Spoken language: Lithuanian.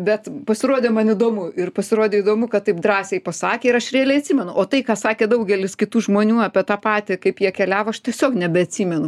bet pasirodė man įdomu ir pasirodė įdomu kad taip drąsiai pasakė ir aš realiai atsimenu o tai ką sakė daugelis kitų žmonių apie tą patį kaip jie keliavo aš tiesiog nebeatsimenu